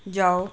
ਜਾਉ